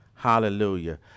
Hallelujah